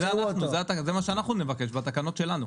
אבל זה מה שאנחנו נבקש בתקנות שלנו.